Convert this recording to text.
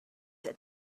that